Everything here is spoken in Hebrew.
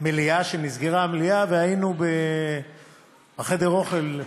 אחרי שנסגרה המליאה, היינו בחדר האוכל,